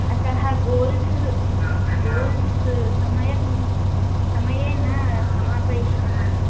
अतः goals goals समयम् समये न समापयिष्यन्ति